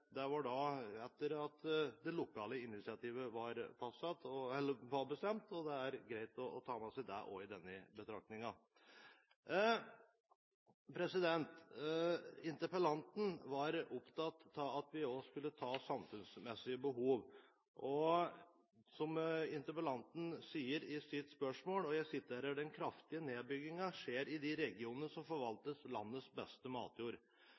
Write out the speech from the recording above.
Det var etter at det lokale initiativet var bestemt. Det er greit å ta med seg det også i betraktningen. Interpellanten var opptatt av også de samfunnsmessige behov. Interpellanten skriver i sitt spørsmål: «Den kraftigste nedbyggingen skjer i de regionene som forvalter landets beste matjord.